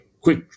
quick